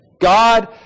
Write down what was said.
God